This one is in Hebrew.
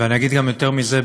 ואני אגיד גם יותר מזה,